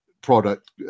product